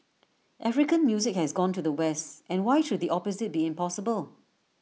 African music has gone to the west and why should the opposite be impossible